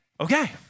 okay